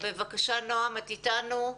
בבקשה, נעם, את איתנו,